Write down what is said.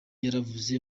yaravuze